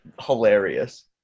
hilarious